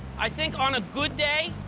i think, on a good day,